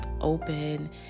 open